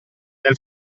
nel